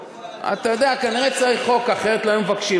אתה יודע, כנראה צריך חוק, אחרת לא היו מבקשים.